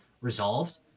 resolved